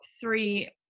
three